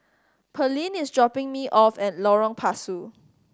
Pearlene is dropping me off at Lorong Pasu